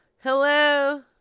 hello